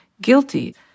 guilty